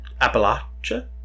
Appalachia